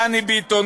דני ביטון,